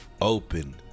Open